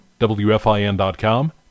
WFIN.com